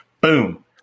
Boom